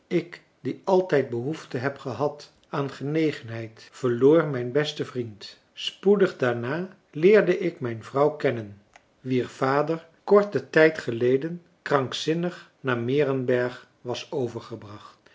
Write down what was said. ik die altijd behoefte heb gehad aan genegenheid verloor mijn besten vriend spoedig daarna leerde ik mijn vrouw kennen wier vader korten tijd geleden krankzinnig naar meerenberg was overgebracht